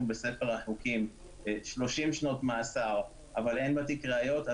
בספר החוקים 30 שנות מאסר אבל אין בתיק ראיות,